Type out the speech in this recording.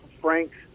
frank's